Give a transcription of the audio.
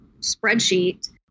spreadsheet